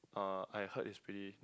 uh I heard it's pretty